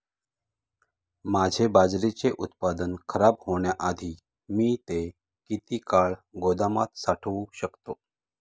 माझे बाजरीचे उत्पादन खराब होण्याआधी मी ते किती काळ गोदामात साठवू शकतो?